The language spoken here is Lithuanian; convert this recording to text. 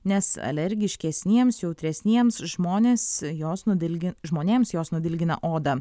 nes alergiškesniems jautresniems žmonės jos nudilgin žmonėms jos nudilgina odą